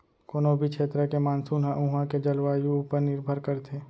कोनों भी छेत्र के मानसून ह उहॉं के जलवायु ऊपर निरभर करथे